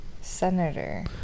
Senator